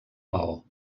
maó